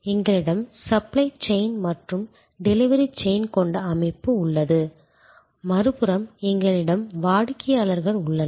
எங்களிடம் supply chain மற்றும் delivery chain கொண்ட அமைப்பு உள்ளது மறுபுறம் எங்களிடம் வாடிக்கையாளர்கள் உள்ளனர்